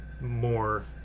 more